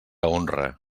honra